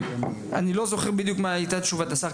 אני לא זוכר בדיוק מה הייתה תשובת השר,